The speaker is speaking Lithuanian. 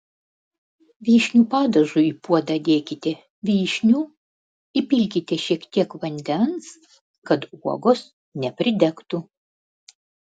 vyšnių padažui į puodą dėkite vyšnių įpilkite šiek tiek vandens kad uogos nepridegtų